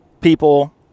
people